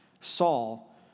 Saul